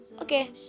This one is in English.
okay